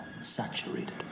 saturated